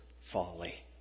folly